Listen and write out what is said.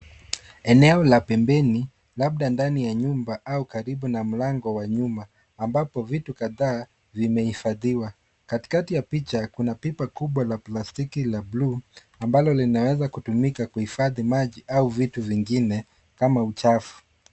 Eneo la pembeni labda ndani ya nyumba au karibu na mlango wa nyuma ambapo vitu kadhaa vimehifadhiwa. Katikati ya picha kuna pipa kubwa la plastiki la buluu, ambalo linaweza kutumika kuhifadhi maji au vitu vingine kama uchafu.